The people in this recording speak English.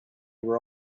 were